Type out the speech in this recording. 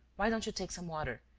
why don't you take some water?